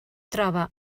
troba